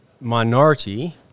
minority